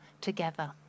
together